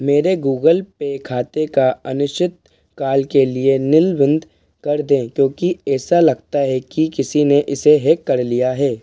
मेरे गूगलपे खाते का अनिश्चित काल के लिए निलंबित कर दें क्योंकि ऐसा लगता है कि किसी ने इसे हैक कर लिया है